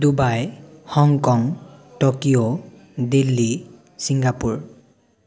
Dubai Hong Kong Tokyo Delhi Singapore